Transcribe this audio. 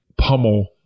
pummel